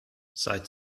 seit